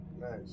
Nice